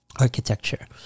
architecture